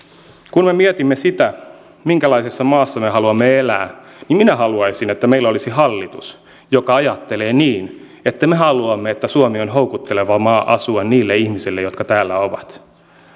kun me mietimme sitä minkälaisessa maassa me haluamme elää niin minä haluaisin että meillä olisi hallitus joka ajattelee niin että me haluamme että suomi on houkutteleva maa asua niille ihmisille jotka täällä ovat